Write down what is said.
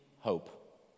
hope